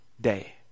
day